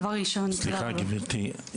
דבר ראשון --- סליחה גבירתי,